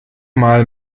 mal